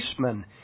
policemen